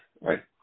right